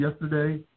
yesterday